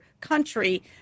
country